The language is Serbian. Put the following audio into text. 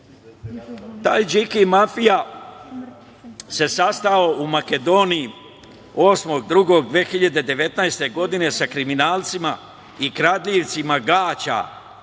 Taj Điki mafija se sastao u Makedoniji 8.2.2019. godine sa kriminalcima i kradljivcima gaća